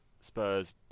Spurs